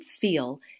feel